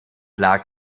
lag